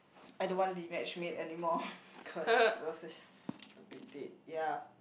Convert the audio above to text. I don't want to be matchmade anymore cause it was a stupid date ya